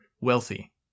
wealthy